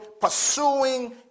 Pursuing